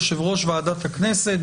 יושב-ראש ועדת הכנסת,